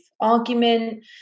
argument